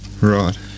Right